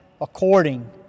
according